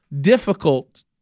difficult